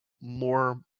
more